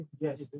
Yes